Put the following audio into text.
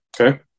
Okay